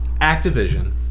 Activision